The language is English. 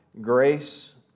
grace